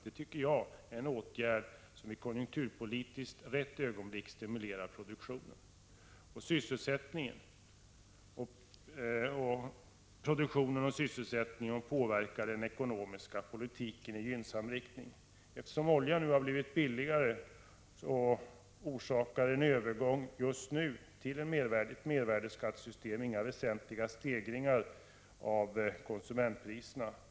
Det tycker jag är en åtgärd som i konjunkturpolitiskt rätt ögonblick stimulerar produktionen och sysselsättningen och påverkar den ekonomiska politiken i gynnsam riktning. Eftersom olja nu har blivit billigare orsakar en övergång just nu till ett mervärdeskattesystem inga väsentliga stegringar av konsumentpriserna.